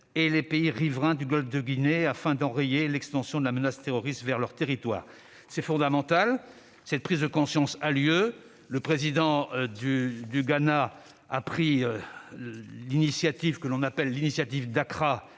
et les pays riverains du golfe de Guinée afin d'enrayer l'extension de la menace terroriste vers leurs territoires. C'est fondamental. Cette prise de conscience a lieu : le Président du Ghana a pris l'initiative dite « d'Accra », qui vise à